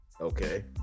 Okay